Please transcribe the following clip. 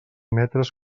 metres